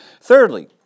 Thirdly